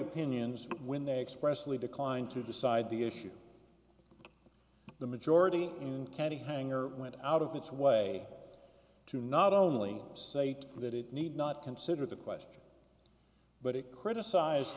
opinions when they expressly declined to decide the issue the majority in candy hanger went out of its way to not only say that it need not consider the question but it criticized